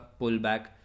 pullback